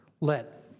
let